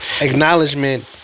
acknowledgement